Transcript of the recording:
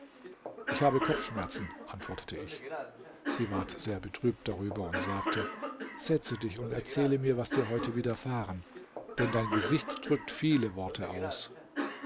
ich habe kopfschmerzen antwortete ich sie ward sehr betrübt darüber und sagte setze dich und erzähle mir was dir heute widerfahren denn dein gesicht drückt viele worte aus